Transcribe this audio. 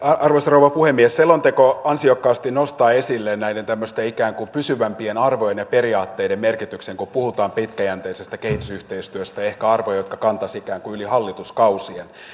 arvoisa rouva puhemies selonteko ansiokkaasti nostaa esille näiden tämmöisten ikään kuin pysyvämpien arvojen ja periaatteiden merkityksen kun puhutaan pitkäjänteisestä kehitysyhteistyöstä ehkä arvojen jotka kantaisivat yli hallituskausien